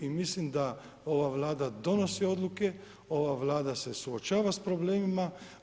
I mislim da ova Vlada donosi odluke, ova Vlada se suočava sa problemima.